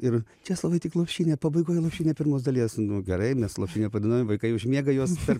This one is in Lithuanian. ir česlovai tik lopšinę pabaigoj lopšinę pirmos dalies nu gerai mes lopšinę padainuojam vaikai užmiega juos per